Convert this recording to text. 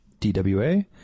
dwa